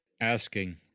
asking